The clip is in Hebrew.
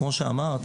כמו שאמרת,